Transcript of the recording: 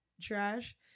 trash